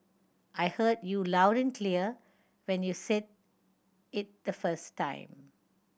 I heard you loud and clear when you said it the first time